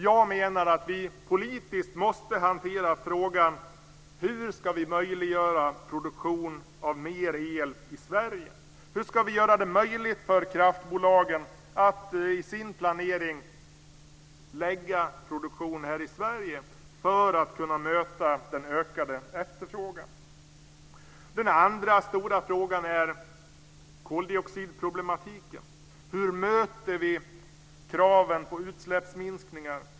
Jag menar att vi politiskt måste hantera frågan om hur vi ska möjliggöra produktion av mer el i Sverige. Hur ska vi göra det möjligt för kraftbolagen att lägga produktion här i Sverige för att kunna möta den ökade efterfrågan? Den andra stora frågan rör koldioxidproblematiken. Hur möter vi kraven på utsläppsminskningar?